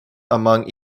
among